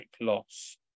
loss